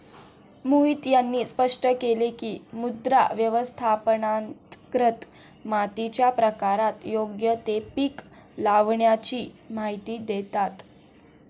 मोहित यांनी स्पष्ट केले की, मृदा व्यवस्थापनांतर्गत मातीच्या प्रकारात योग्य ते पीक लावाण्याची माहिती देतात